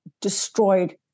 destroyed